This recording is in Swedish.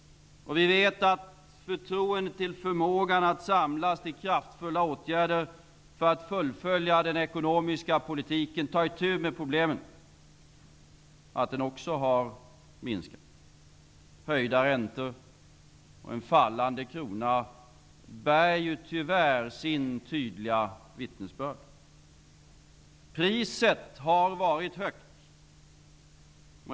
Vi vet att förtroendet till förmågan att samlas till kraftfulla åtgärder för att fullfölja den ekonomiska politiken, för att ta itu med problemen, också har minskat. Höjda räntor och en fallande kronkurs bär tyvärr tydligt vittnesbörd. Priset har varit högt.